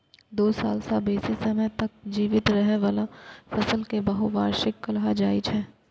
दू साल सं बेसी समय तक जीवित रहै बला फसल कें बहुवार्षिक कहल जाइ छै